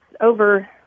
over